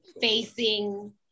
facing